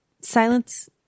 silence